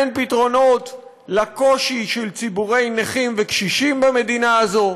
אין פתרונות לקושי של ציבורי נכים וקשישים במדינה הזאת.